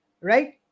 right